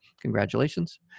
congratulations